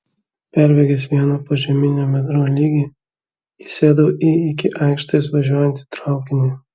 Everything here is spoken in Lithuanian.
perbėgęs vieną požeminio metro lygį įsėdau į iki aikštės važiuojantį traukinį